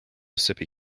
sippy